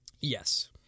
Yes